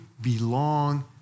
belong